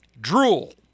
Drool